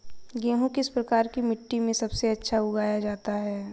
गेहूँ किस प्रकार की मिट्टी में सबसे अच्छा उगाया जाता है?